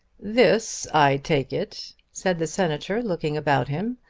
this i take it, said the senator looking about him,